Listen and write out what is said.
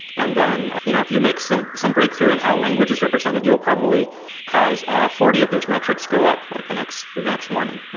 and then you know if you make some some breakthrough in how language is represented, you'll probably cause ah forty of those metrics go up like the next the next morning.